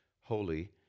holy